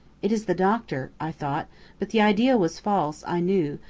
it is the doctor, i thought but the idea was false, i knew,